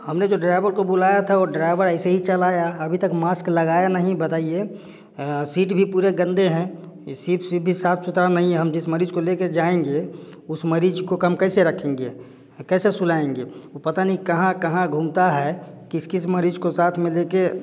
हम ने जो ड्राइवर को बुलाया था वह ड्राइवर ऐसे ही चला आया अभी तक मास्क लगाया नहीं बताइए सीट भी पूरी गंदी हैं यह सीट सीप भी साफ़ सुथरा नहीं हम जिस मरीज़ को ले कर जाएँगे उस मरीज़ को कम कैसे रखेंगे कैसे सुलाएँगे वह पता नहीं कहाँ कहाँ घूमता है किस किस मरीज़ को साथ में ले कर